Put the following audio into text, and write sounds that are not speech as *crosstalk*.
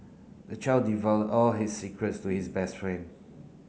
the child *unintelligible* all his secrets to his best friend